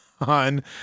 on